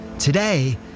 Today